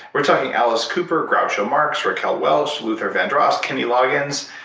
we're talking alice cooper groucho marx, raquel welch, luther vandross, kenny loggins,